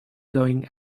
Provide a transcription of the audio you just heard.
going